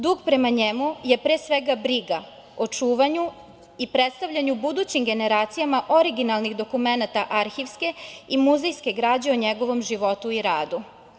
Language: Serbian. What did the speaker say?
Dug prema njemu je, pre svega, briga o čuvanju i predstavljanju budućim generacijama originalnih dokumenata arhivske i muzejske građe o njegovom životu i radu.